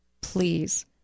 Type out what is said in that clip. Please